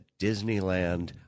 Disneyland